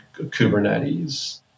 Kubernetes